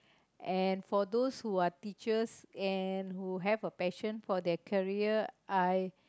and for those who are teachers and who have a passion for their career I